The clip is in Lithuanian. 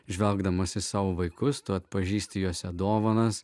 žvelgdamas į savo vaikus tu atpažįsti juose dovanas